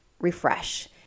refresh